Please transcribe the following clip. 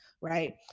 right